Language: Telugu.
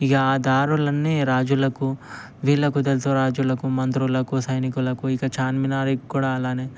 ఇక ఆ దారులన్నీ రాజులకు వీళ్ళకు తెలుసు రాజులకు మంత్రులకు సైనికులకు ఇక చార్మినార్కి కూడా అలానే